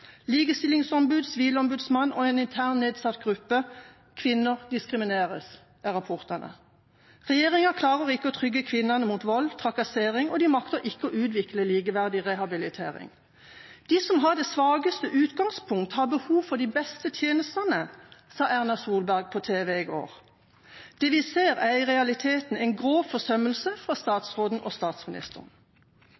Sivilombudsmannen og en intern nedsatt gruppe: Kvinner diskrimineres, er rapportene. Regjeringa klarer ikke å trygge kvinnene mot vold og trakassering, og de makter ikke å utvikle likeverdig rehabilitering. De som har det svakeste utgangspunkt, har behov for de beste tjenestene, sa Erna Solberg på TV i går. Det vi ser, er i realiteten en grov forsømmelse fra